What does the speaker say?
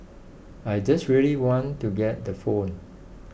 I just really want to get the phone